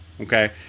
okay